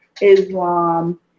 Islam